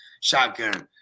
Shotgun